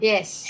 Yes